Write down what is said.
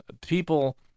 people